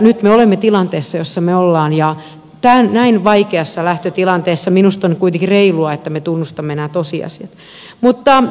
nyt me olemme tilanteessa jossa me olemme ja näin vaikeassa lähtötilanteessa minusta on kuitenkin reilua että me tunnustamme nämä tosiasiat